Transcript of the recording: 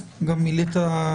גם מילאת,